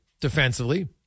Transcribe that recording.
defensively